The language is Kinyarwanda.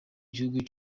gihugu